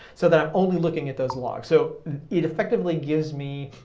so that i'm only looking at those logs. so it effectively gives me,